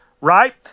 right